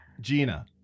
Gina